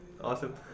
Awesome